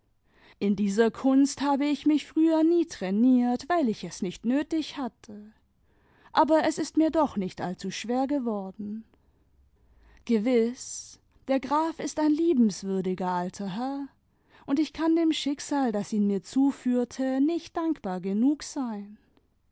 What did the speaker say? in dieser kirnst habe ich mich früher nie trainiert weil ich es nicht nötig hatte aber es ist mir doch nicht allzuschwer geworden gewiß der graf ist ein liebenswürdiger alter herr und ich kann dem schicksal das ihn mir zuführte nicht dankbar genug sein